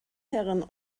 herren